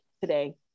today